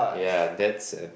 yeah that's a